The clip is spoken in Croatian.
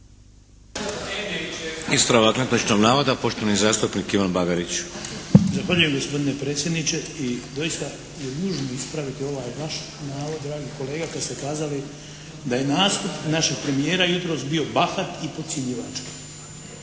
Ispravak netočnog navoda poštovani zastupnik Ivan Bagarić. **Bagarić, Anto (HDZ)** Zahvaljujem gospodine predsjedniče i doista je nužno ispraviti ovaj vaš navod dragi kolega kad ste kazali da je nastup našeg premijera jutros bio bahat i podcjenjivački.